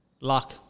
luck